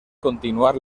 continuar